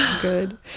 Good